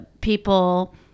people